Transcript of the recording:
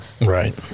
Right